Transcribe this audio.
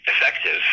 effective